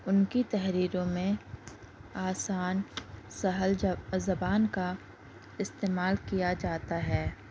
اُن کی تحریروں میں آسان سہل زَبان کا استعمال کیا جاتا ہے